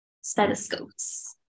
stethoscopes